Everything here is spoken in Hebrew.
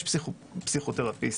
יש פסיכותרפיסטיים.